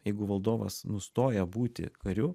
jeigu valdovas nustoja būti kariu